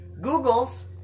Google's